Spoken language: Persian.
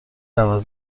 عوض